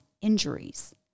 injuries